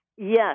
Yes